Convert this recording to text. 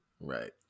right